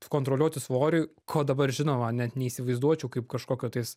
kontroliuoti svoriui ko dabar žinoma net neįsivaizduočiau kaip kažkokio tais